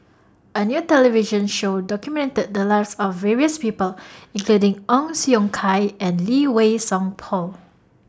A New television Show documented The Lives of various People including Ong Siong Kai and Lee Wei Song Paul